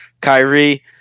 Kyrie